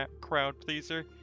crowd-pleaser